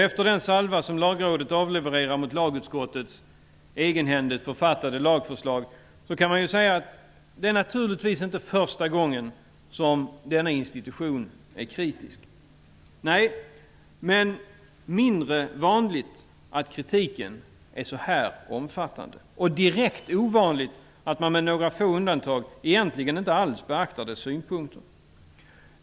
Efter den salva som Lagrådet avlevererar mot lagutskottets egenhändigt författade lagförslag kan man ju säga att det naturligtvis inte är första gången som denna institution är kritisk. Nej, men det är mindre vanligt att kritiken är så här omfattande. Och det är direkt ovanligt att man -- med några få undantag -- inte alls beaktar Lagrådets synpunkter.